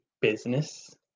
business